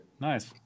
Nice